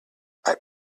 have